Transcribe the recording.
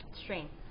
strength